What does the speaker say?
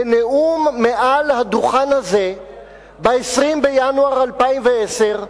בנאום מעל הדוכן הזה ב-20 בינואר 2010,